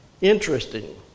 Interesting